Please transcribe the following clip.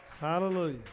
Hallelujah